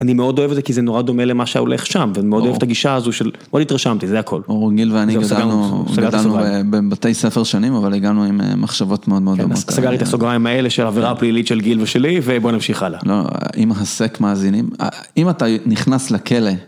אני מאוד אוהב את זה כי זה נורא דומה למה שהיה הולך שם ואני מאוד אוהב את הגישה הזו של... מאוד התרשמתי, זה הכל. אורו, גיל ואני גדלנו בבתי ספר שונים, אבל הגענו עם מחשבות מאוד מאוד דומות. סגר לי את הסוגריים האלה של עבירה פלילית של גיל ושלי ובוא נמשיך הלאה. לא, אם הסק מאזינים... אם אתה נכנס לכלא...